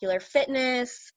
fitness